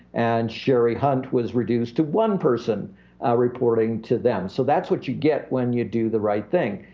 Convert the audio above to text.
and sherry hunt was reduced to one person reporting to them. so that's what you get when you do the right thing.